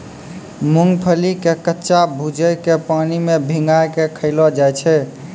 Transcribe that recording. मूंगफली के कच्चा भूजिके पानी मे भिंगाय कय खायलो जाय छै